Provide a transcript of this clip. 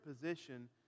position